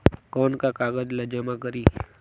कौन का कागज ला जमा करी?